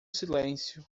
silêncio